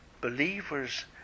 believers